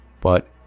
but